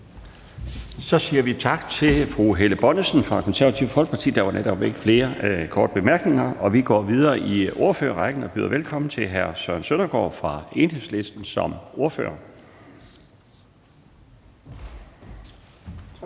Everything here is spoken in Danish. Så siger vi tak til fru Helle Bonnesen fra Det Konservative Folkeparti. Der er ikke flere korte bemærkninger. Vi går videre i ordførerrækken og byder velkommen til hr. Søren Søndergaard fra Enhedslisten som ordfører. Kl.